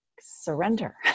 surrender